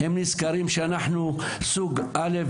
שאנחנו סוג א',